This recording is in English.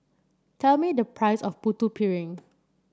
tell me the price of Putu Piring